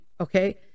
Okay